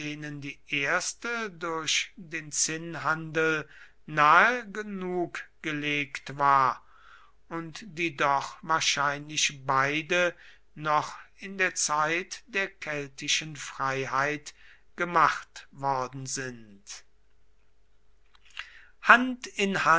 die erste durch den zinnhandel nahe genug gelegt war und die doch wahrscheinlich beide noch in der zeit der keltischen freiheit gemacht worden sind